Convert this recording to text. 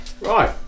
Right